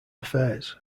affairs